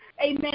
Amen